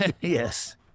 Yes